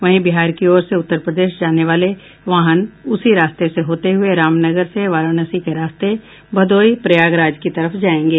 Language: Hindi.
वहीं बिहार की ओर से उत्तर प्रदेश जाने वाले वाहन उसी रास्ते से होते हुये रामनगर से वाराणसी के रास्ते भदोई प्रयागराज की तरफ जायेंगे